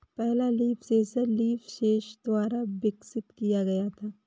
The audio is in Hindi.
पहला लीफ सेंसर लीफसेंस द्वारा विकसित किया गया था